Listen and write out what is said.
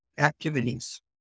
Activities